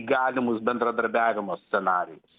galimus bendradarbiavimo scenarijus